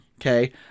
okay